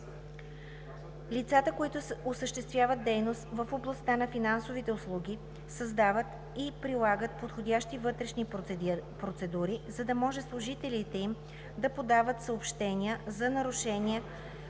Лицата, които осъществяват дейност в областта на финансовите услуги, създават и прилагат подходящи вътрешни процедури, за да може служителите им да подават съобщения за нарушения